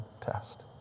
test